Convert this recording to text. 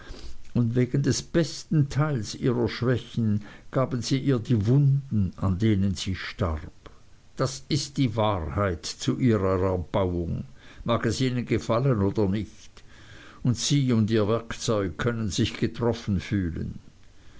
und wegen des besten teils ihrer schwächen gaben sie ihr die wunden an denen sie starb das ist die wahrheit zu ihrer erbauung mag es ihnen gefallen oder nicht und sie und ihr werkzeug können sich getroffen fühlen